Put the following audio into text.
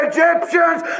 Egyptians